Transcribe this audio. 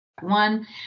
One